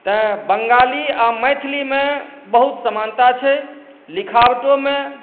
तैँ बंगाली आ मैथिलीमे बहुत समानता छै लिखावटोमे